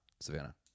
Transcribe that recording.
Savannah